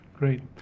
Great